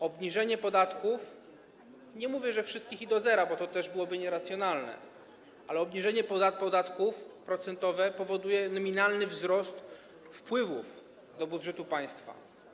Obniżenie podatków, nie mówię, że wszystkich i do zera, bo to też byłoby nieracjonalne, ale obniżenie podatków procentowe, powoduje nominalny wzrost wpływów do budżetu państwa.